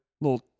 little